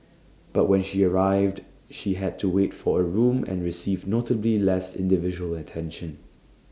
but when she arrived she had to wait for A room and received notably less individual attention